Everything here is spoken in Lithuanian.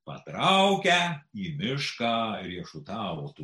patraukę į mišką riešutautų